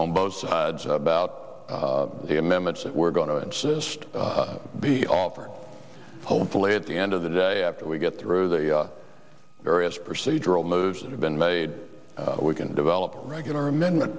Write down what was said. on both sides about the amendments that we're going to insist be offered hopefully at the end of the day after we get through the various procedural moves that have been made we can develop a regular amendment